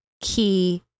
key